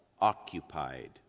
occupied